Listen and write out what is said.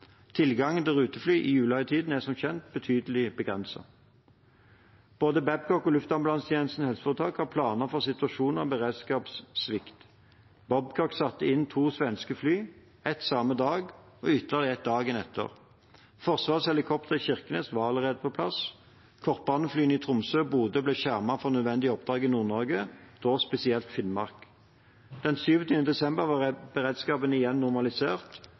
til rutefly i julehøytiden er som kjent betydelig begrenset. Både Babcock og Luftambulansetjenesten HF har planer for situasjoner med beredskapssvikt. Babcock satte inn to svenske fly – ett samme dag og ytterligere ett dagen etter. Forsvarets helikopter i Kirkenes var allerede på plass. Kortbaneflyene i Tromsø og Bodø ble skjermet for nødvendige oppdrag i Nord-Norge, og da spesielt Finnmark. Den 27. desember var beredskapen igjen normalisert,